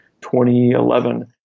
2011